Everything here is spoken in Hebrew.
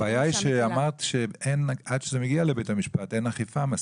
הבעיה היא שאמרת שעד שזה מגיע לבית המשפט אין אכיפה מספקת.